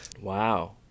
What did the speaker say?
wow